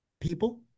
people